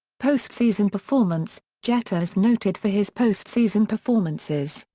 postseason performance jeter is noted for his postseason performances,